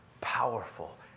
powerful